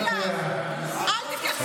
תומך